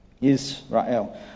Israel